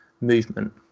movement